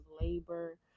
labor